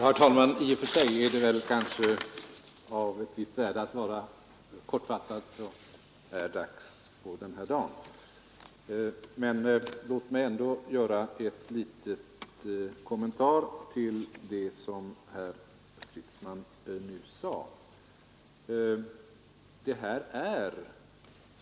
Herr talman! I och för sig är det väl av ett visst värde att vara kortfattad så här dags just i dag. Men låt mig ändå göra en liten kommentar till vad herr Stridsman nu sagt.